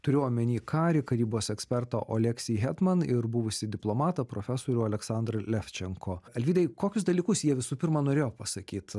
turiu omeny karį karybos ekspertą oleksį hetman man ir buvusį diplomatą profesorių aleksandrą levčenko alvydai kokius dalykus jie visų pirma norėjo pasakyt